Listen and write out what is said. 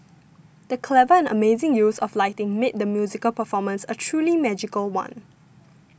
the clever and amazing use of lighting made the musical performance a truly magical one